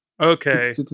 Okay